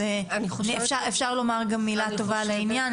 אז אפשר לומר גם מילה טובה על העניין,